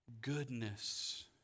goodness